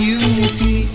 unity